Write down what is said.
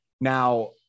Now